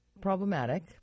problematic